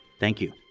thank you